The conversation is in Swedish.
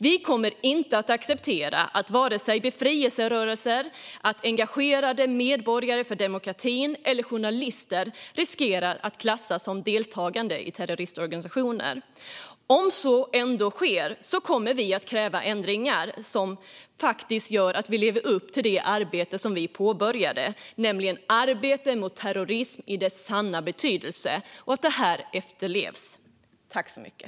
Vi kommer inte att acceptera att vare sig befrielserörelser, engagerade medborgare för demokrati eller journalister riskerar att klassas som deltagande i terroristorganisationer. Om så ändå sker kommer vi att kräva ändringar som gör att vi lever upp till det arbete som vi påbörjade. Det är arbetet mot terrorism i dess sanna betydelse. Det är viktigt att det sker.